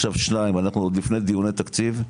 עכשיו שניים אנחנו עוד לפני דיוני תקציב,